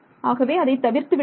ஆகவே அதை தவிர்த்து விடுங்கள்